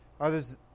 others